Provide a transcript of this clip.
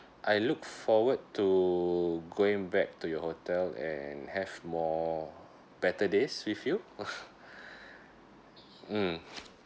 I look forward to going back to your hotel and have more better days with you mmhmm